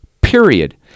period